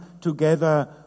together